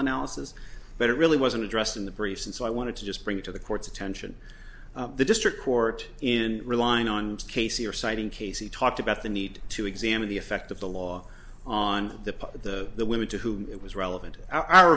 analysis but it really wasn't addressed in the briefs and so i want to just bring to the court's attention the district court in relying on casey or citing case he talked about the need to examine the effect of the law on the part of the women to whom it was relevant are